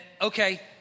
okay